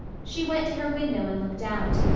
she went to her window and looked out.